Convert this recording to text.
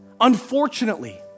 Unfortunately